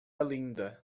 linda